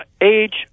age